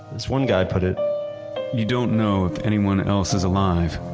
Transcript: this one guy put it you don't know if anyone else is alive.